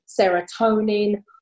serotonin